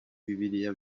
bibiliya